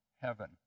heaven